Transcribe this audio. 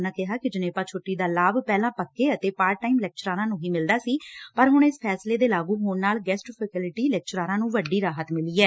ਉਨੂਾ ਕਿਹਾ ਜਿ ਜਣੇਪਾ ਛੁੱਟੀ ਦਾ ਲਾਭ ਪਹਿਲਾ ਪੱਕੇ ਅਤੇ ਪਾਰਟ ਟਾਈਮ ਲੈਕਚਰਾਰਾਂ ਨੂੰ ਹੀ ਮਿਲਦਾ ਸੀ ਪਰ ਹੁਣ ਇਸ ਫੈਸਲੇ ਦੇ ਲਾਗੁ ਹੋਣ ਨਾਲ ਗੈਸਟ ਫੈਕਲਟੀ ਲੈਕਚਰਾਰਾਂ ਨੁੰ ਵੱਡੀ ਰਾਹਤ ਮਿੱਲੀ ਐ